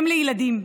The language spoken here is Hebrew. אם לילדים.